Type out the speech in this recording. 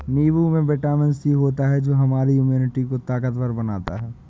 नींबू में vitamin C होता है जो हमारे इम्यूनिटी को ताकतवर बनाता है